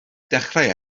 dechrau